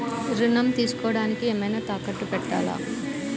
ఋణం తీసుకొనుటానికి ఏమైనా తాకట్టు పెట్టాలా?